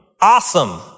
Awesome